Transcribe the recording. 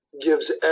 gives